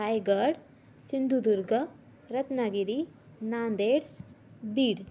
Raigad Sindhudurg Ratnagiri Nanded Beed